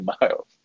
Miles